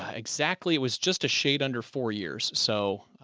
ah exactly. it was just a shade under four years. so,